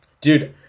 Dude